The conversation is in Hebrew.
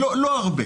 לא הרבה.